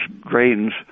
grains